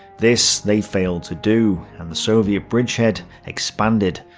this they failed to do, and the soviet bridgehead expanded,